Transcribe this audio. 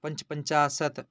पञ्चपञ्चाशत्